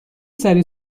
سریع